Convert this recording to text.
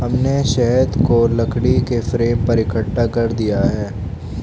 हमने शहद को लकड़ी के फ्रेम पर इकट्ठा कर दिया है